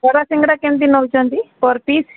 ବରା ସିଙ୍ଗଡ଼ା କେମତି ନେଉଛନ୍ତି ପର୍ ପିସ୍